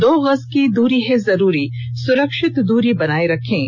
दो गज की दूरी है जरूरी सुरक्षित दूरी बनाए रखें